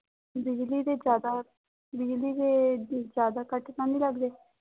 ਬਿਜਲੀ ਦੇ ਜ਼ਿਆਦਾ ਬਿਜਲੀ ਦੇ ਜ਼ਿਆਦਾ ਕੱਟ ਤਾਂ ਨਹੀਂ ਲੱਗਦੇ